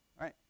right